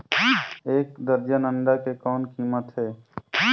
एक दर्जन अंडा के कौन कीमत हे?